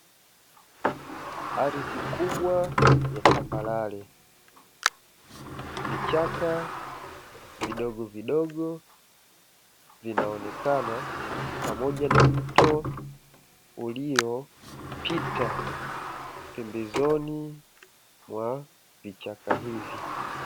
Ardhi kubwa ya tambarare, vichaka vidogo vidogo vinaonekana pamoja na mto uliopita pembezoni mwa vichaka hivi.